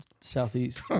Southeast